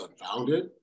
unfounded